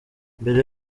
mbere